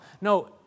No